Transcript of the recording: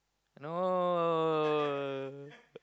no